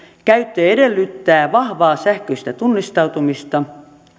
käyttö edellyttää vahvaa sähköistä tunnistautumista